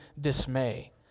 dismay